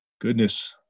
goodness